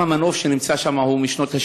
גם המנוף שנמצא שם הוא משנות ה-60,